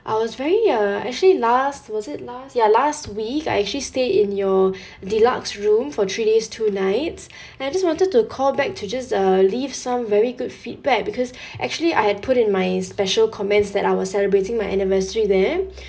I was very uh actually last was it last ya last week I actually stayed in your deluxe room for three days two nights and I just wanted to call back to just uh leave some very good feedback because actually I had put in my special comments that I was celebrating my anniversary there